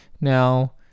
Now